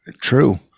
true